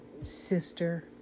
sister